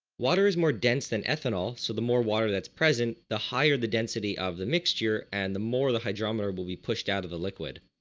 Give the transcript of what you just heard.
water is more dense than ethanol so the more water that's present the higher the density of the mixture and the more the hydrometer will be pushed out of the liquid.